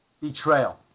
Betrayal